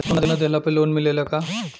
सोना दिहला पर लोन मिलेला का?